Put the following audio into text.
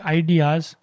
ideas